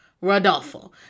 rodolfo